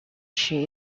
she